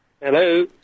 Hello